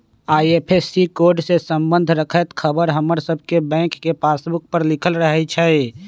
IFSC code से संबंध रखैत ख़बर हमर सभके बैंक के पासबुक पर लिखल रहै छइ